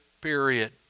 period